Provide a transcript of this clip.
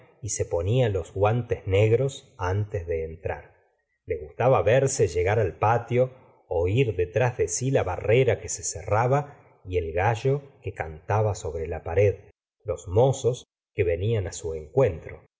y se ponía los guantes negros antes de entrar le gustaba verse llegar al patio oir detrás de si la barrera que se cerraba y el gallo que cantaba sobre la pared los mozos que venían á su encuentro